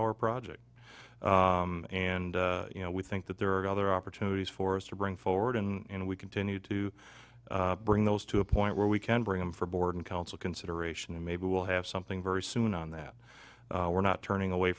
hour project and you know we think that there are other opportunities for us to bring forward and we continue to bring those to a point where we can bring him for board and council consideration and maybe we'll have something very soon on that we're not turning away